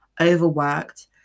overworked